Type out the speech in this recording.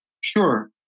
Sure